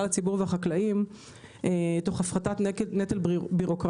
הציבור ולחקלאים בפרט תוך הפחתת נטל בירוקרטי.